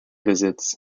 visits